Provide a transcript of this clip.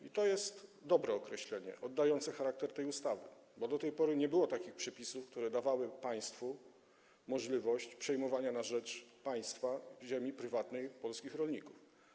I to jest dobre określenie, oddające charakter tej ustawy, bo do tej pory nie było takich przepisów, które dawały państwu możliwość przejmowania na rzecz państwa prywatnej ziemi polskich rolników.